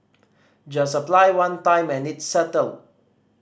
just apply one time and it's settled